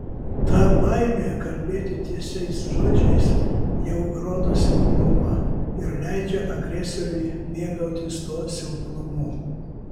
ta baimė kalbėti tiesiais žodžiais jau rodo silpnumą ir leidžia agresoriui mėgautis tuo silpnumu